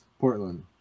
Portland